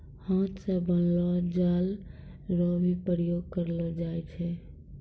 हाथ से बनलो जाल रो भी प्रयोग करलो जाय छै